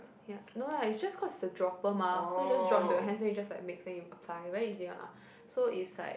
ya no ah just cause it's a dropper mah so you just drop into your hands then you just like mix and you apply very easy one ah so it's like